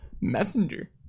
messenger